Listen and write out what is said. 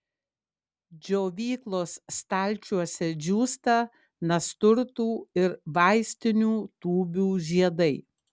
džiovyklos stalčiuose džiūsta nasturtų ir vaistinių tūbių žiedai